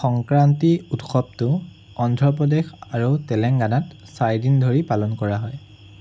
সংক্ৰান্তি উৎসৱটো অন্ধ্ৰপ্ৰদেশ আৰু তেলেংগানাত চাৰিদিন ধৰি পালন কৰা হয়